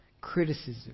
criticism